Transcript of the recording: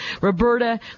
Roberta